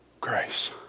grace